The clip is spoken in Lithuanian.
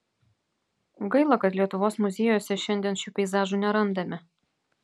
gaila kad lietuvos muziejuose šiandien šių peizažų nerandame